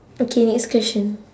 okay next question